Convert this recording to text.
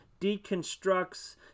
deconstructs